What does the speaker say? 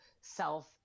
self